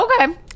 Okay